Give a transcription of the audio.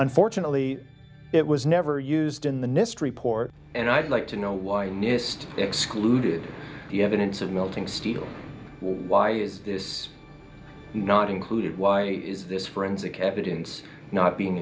unfortunately it was never used in the nist report and i'd like to know why i missed excluded the evidence of melting steel why is this not included why is this forensic evidence not being